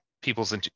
people's